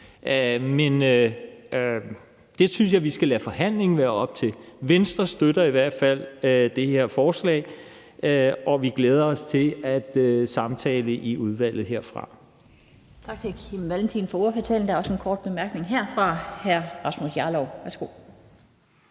men det synes jeg vi skal se på under forhandlingen. Venstre støtter i hvert fald det her forslag, og vi glæder os til at samtale i udvalget fremefter.